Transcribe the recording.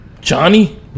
johnny